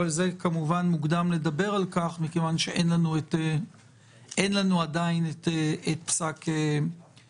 אבל כמובן עדיין מוקדם לדבר על כך מכיוון שאין לנו עדיין את פסק הדין.